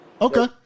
okay